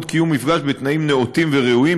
קיום מפגש בתנאים נאותים וראויים,